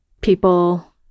People